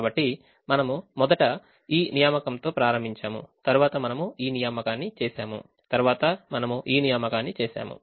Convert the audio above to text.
కాబట్టి మనము మొదట ఈ నియామకంతో ప్రారంభించాము తరువాత మనము ఈ నియామకాన్ని చేసాము తరువాత మనము ఈ నియామకాన్ని చేసాము